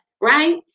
Right